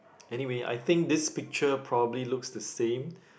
anyway I think this picture probably looks the same